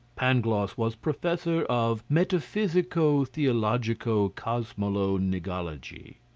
pangloss was professor of metaphysico-theologico-cosmolo-nigology.